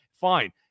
fine